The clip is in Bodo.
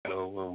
औ औ